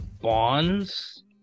Bonds